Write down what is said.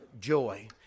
joy